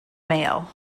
male